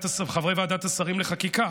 חברי ועדת השרים לחקיקה.